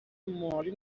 مالی